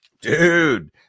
Dude